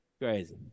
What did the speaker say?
crazy